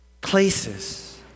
places